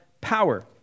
power